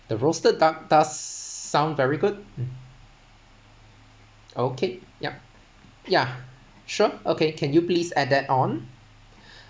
the roasted duck does sound very good okay yup ya sure okay can you please add that on